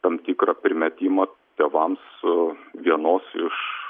tam tikrą primetimą tėvams su vienos iš